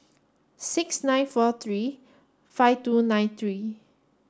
six nine four three five two nine three